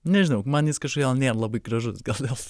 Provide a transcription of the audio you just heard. nežinau man jis kažkodėl nėr labai gražus gal dėl